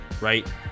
Right